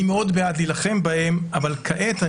אני מאוד בעד להילחם בהם אבל כעת,